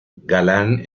galán